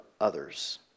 others